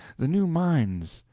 the new mines.